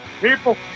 People